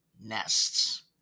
nests